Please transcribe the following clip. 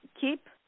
keep